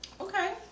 Okay